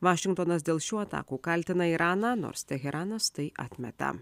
vašingtonas dėl šių atakų kaltina iraną nors teheranas tai atmeta